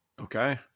Okay